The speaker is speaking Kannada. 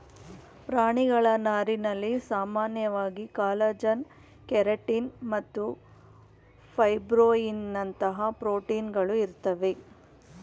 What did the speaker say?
ಪ್ರಾಣಿಗಳ ನಾರಿನಲ್ಲಿ ಸಾಮಾನ್ಯವಾಗಿ ಕಾಲಜನ್ ಕೆರಟಿನ್ ಮತ್ತು ಫೈಬ್ರೋಯಿನ್ನಂತಹ ಪ್ರೋಟೀನ್ಗಳು ಇರ್ತವೆ